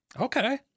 Okay